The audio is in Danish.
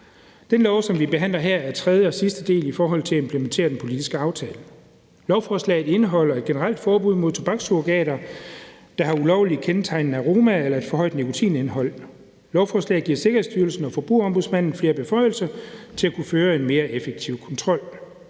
Det lovforslag, som vi behandler her, er tredje og sidste del i forhold til at implementere den politiske aftale. Lovforslaget indeholder et generelt forbud mod tobakssurrogater, der har ulovligt kendetegnende aroma eller et for højt nikotinindhold. Lovforslaget giver Sikkerhedsstyrelsen og Forbrugerombudsmanden flere beføjelser til at kunne føre en mere effektiv kontrol.